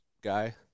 guy